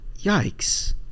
Yikes